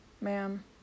ma'am